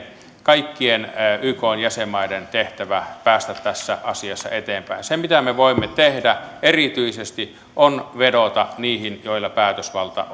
kaikkien ykn jäsenmaiden tehtävä päästä tässä asiassa eteenpäin se mitä me voimme tehdä erityisesti on vedota niihin joilla päätösvalta